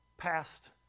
past